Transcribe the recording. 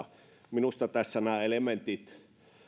minusta tässä nämä